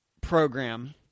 program